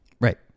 Right